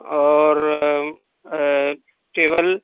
اور ٹیبل